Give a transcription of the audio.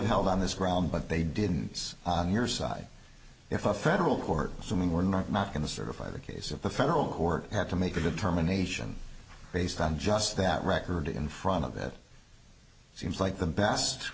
held on this ground but they didn't say on your side if a federal court assuming we're not going to certify the case of the federal court have to make a determination based on just that record in front of it seems like the best